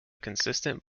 consistent